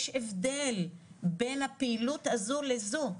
יש הבדל בין הפעילות הזו לזו.